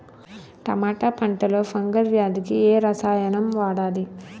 టమాటా పంట లో ఫంగల్ వ్యాధికి ఏ రసాయనం వాడాలి?